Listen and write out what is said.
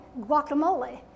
guacamole